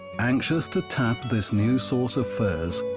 anxious to tap this new source of furs,